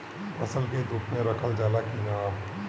फसल के धुप मे रखल जाला कि न?